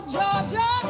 Georgia